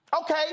Okay